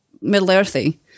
middle-earthy